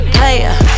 player